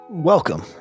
Welcome